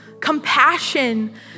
Compassion